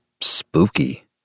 spooky